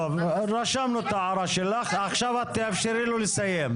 טוב, רשמנו את ההערה שלך ועכשיו תאפשרי לו לסיים.